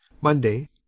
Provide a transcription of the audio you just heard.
monday